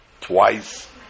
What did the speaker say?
Twice